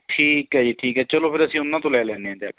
ਠੀਕ ਹੈ ਜੀ ਠੀਕ ਹੈ ਚਲੋ ਫਿਰ ਅਸੀਂ ਉਹਨਾਂ ਤੋਂ ਲੈ ਲੈਂਦੇ ਹਾਂ ਜਾ ਕੇ